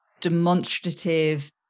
demonstrative